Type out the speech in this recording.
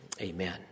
Amen